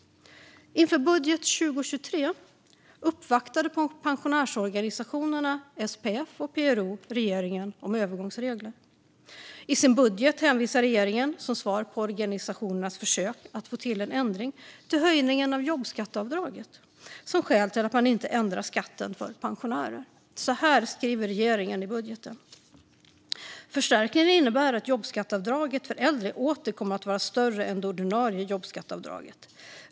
Inför budget 2023 uppvaktade pensionärsorganisationerna SPF och PRO regeringen om övergångsregler. I sin budget hänvisar regeringen, som svar på organisationernas försök att få till en ändring, till höjningen av jobbskatteavdraget som skäl till att man inte ändrar skatten för pensionärer. Så här skriver regeringen i budgeten: "Förstärkningen innebär att jobbskatteavdraget för äldre åter kommer att vara större än det ordinarie jobbskatteavdraget.